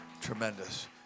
Tremendous